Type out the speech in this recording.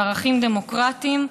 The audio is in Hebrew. וערכים דמוקרטיים,